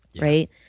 Right